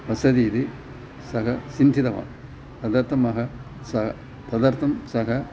वसति इति सः सन्तितवान् तदर्थम् अह सः तदर्थं सः